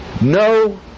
no